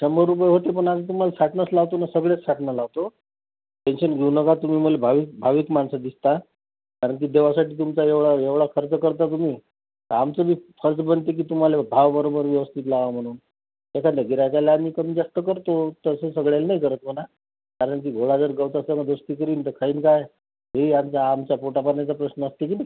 शंभर रुपये होतील पण आता तुम्हाला साठनंच लावतो ना सगळेच साठने लावतो टेन्शन घेऊ नका तुम्ही मला भाविक भाविक माणसं दिसता कारण की देवासाठी तुमचा एवढा एवढा खर्च करता तुम्ही तर आमचं बी फर्ज बनते की तुम्हाला भाव बरोबर व्यवस्थित लावावा म्हणून एखाद्या गिऱ्हाईकाला आम्ही कमीजास्त करतो तसं सगळ्यांना नाही करत म्हणा कारण की घोडा जर गवतासंगं दोस्ती करील तर खाईल काय हे यांच्या आमच्या पोटापाण्याचा प्रश्न असते की नाही